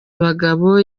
abagabo